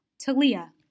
Talia